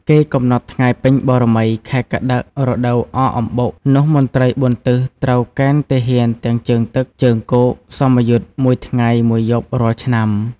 គេកំណត់ថ្ងៃ ពេញ បូណ៌មី ខែកត្តិក រដូវអកអំបុកនោះមន្ត្រី៤ទិស ត្រូវកេណ្ឌទាហានទាំងជើងទឹក ជើងគោក «សមយុទ្ធ» ១ថ្ងៃ ១យប់រាល់ឆ្នាំ។